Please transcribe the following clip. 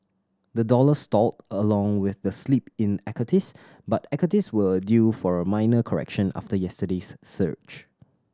the dollar stalled along with the slip in equities but equities were due for a minor correction after yesterday's surge